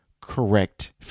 correct